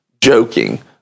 joking